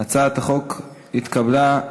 את הצעת חוק משק הגז הטבעי (תיקון מס' 6)